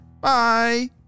Bye